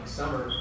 summer